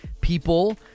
People